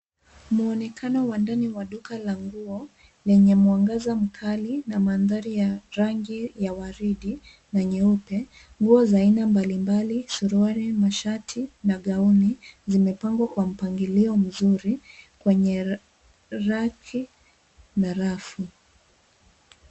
Mwonekano wa ndani wa duka la nguo lenye mwangaza mkali na mandhari ya rangi ya waridi na nyeupe. Nguo aina mbalimbali suruali, mashati na gauni zimepangwa kwa mpangilio mzuri kwenye raki na rafu.